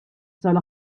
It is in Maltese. sal